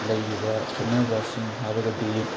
ꯂꯩꯔꯤꯕ ꯈꯦꯠꯅꯕꯁꯤꯡ ꯍꯥꯏꯔꯒꯗꯤ